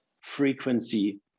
frequency